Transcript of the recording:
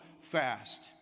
fast